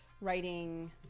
writing